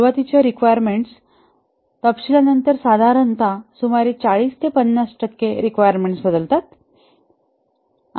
सुरुवातीच्या रिक्वायरमेंट्स तपशीलांनंतर साधारणत सुमारे 40 ते 50 टक्के रिक्वायरमेंट्स बदलतात